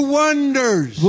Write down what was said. wonders